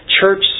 church